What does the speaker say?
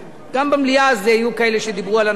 גם במליאה אז היו כאלה שדיברו על הנושא.